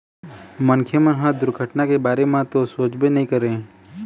मनखे मन ह दुरघटना के बारे म तो सोचबे नइ करय